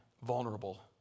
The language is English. Vulnerable